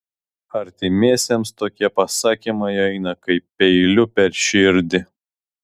artimiesiems tokie pasakymai eina kaip peiliu per širdį